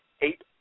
eight